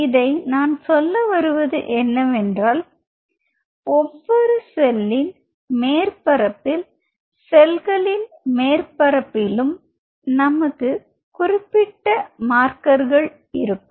இதை நான் சொல்ல வருவது என்னவென்றால் ஒவ்வொரு செல்லின் மேற்பரப்பில் செல்களின் மேற்பரப்பிலும் நமக்கு குறிப்பிட்ட மார்க்கர் இருக்கும்